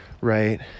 right